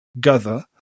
gather